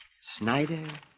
Snyder